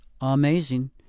Amazing